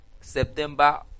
september